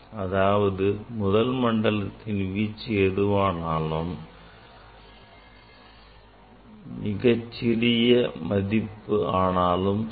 அதாவது முதல் மண்டலத்தின் வீச்சு எதுவானாலும் என் சிறிய மதிப்பு ஆனாலும் சரி